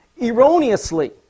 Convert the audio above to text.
erroneously